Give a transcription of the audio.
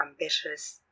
ambitious